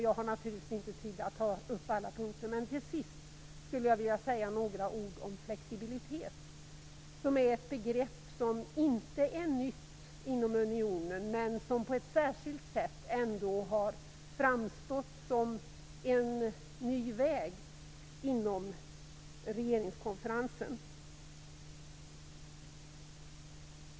Jag har naturligtvis inte tid att ta upp alla punkter. Men till sist skulle jag vilja säga några ord om flexibilitet, som är ett begrepp som inte är nytt inom unionen, men som på ett särskilt sätt ändå har framstått som en ny väg inom regeringskonferensen.